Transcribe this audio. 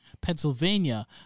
Pennsylvania